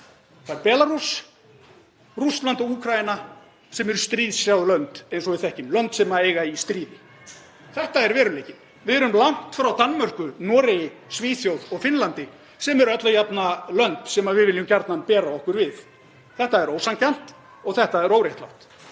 það er Belarús, Rússland og Úkraína, sem eru stríðshrjáð lönd eins og við þekkjum, lönd sem eiga í stríði. Þetta er veruleikinn. Við erum langt frá Danmörku, Noregi, Svíþjóð og Finnlandi, sem eru alla jafna lönd sem við viljum gjarnan bera okkur saman við. Þetta er ósanngjarnt og þetta er óréttlátt.